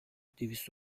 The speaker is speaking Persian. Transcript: دویست